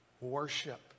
worship